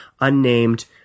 unnamed